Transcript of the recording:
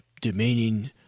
demeaning